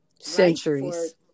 centuries